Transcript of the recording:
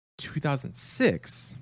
2006